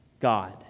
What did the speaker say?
God